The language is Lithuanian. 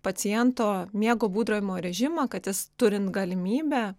paciento miego būdravimo režimą kad jis turint galimybę